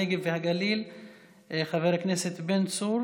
הנגב והגליל חבר הכנסת בן צור